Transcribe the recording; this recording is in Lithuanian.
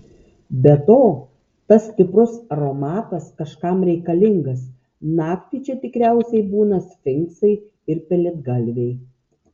be to tas stiprus aromatas kažkam reikalingas naktį čia tikriausiai būna sfinksai ir pelėdgalviai